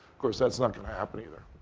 course, that's not going to happen either.